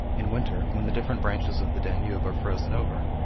in winter, when the different branches of the danube are frozen over,